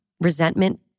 resentment